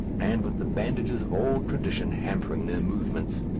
and with the bandages of old tradition hampering their movements.